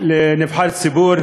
לנבחר ציבור.